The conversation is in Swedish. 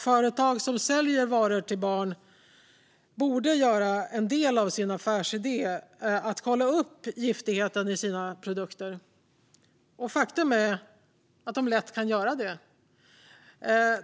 Företag som säljer varor till barn borde göra det till en del av sin affärsidé att kolla upp giftigheten i sina produkter. Faktum är att de lätt kan göra det.